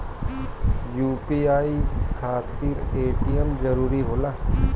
UPI खातिर ATM जरूरी होला?